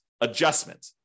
adjustment